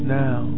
now